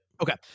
okay